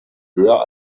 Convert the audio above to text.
höher